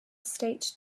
state